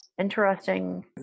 interesting